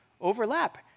overlap